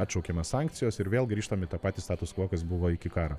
atšaukiamos sankcijos ir vėl grįžtam į tą patį status kvo kas buvo iki karo